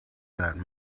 that